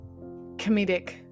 comedic